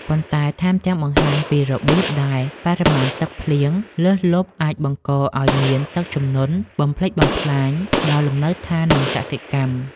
ប៉ុន្តែថែមទាំងបង្ហាញពីរបៀបដែលបរិមាណទឹកភ្លៀងលើសលប់អាចបង្កឱ្យមានទឹកជំនន់បំផ្លិចបំផ្លាញដល់លំនៅដ្ឋាន និងកសិកម្ម។